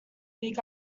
big